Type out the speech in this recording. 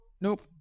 nope